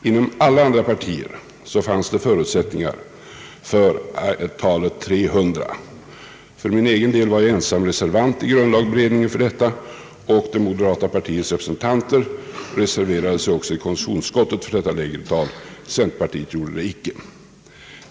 Inom alla andra partier fanns det förutsättningar för antalet 300. För min egen del var jag ensam reservant i grundlagberedningen. Det moderata partiets representanter reserverade sig också i konstitutionsutskottet för detta lägre antal. Centerpartiet gjorde det icke.